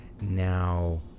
Now